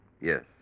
Yes